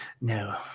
no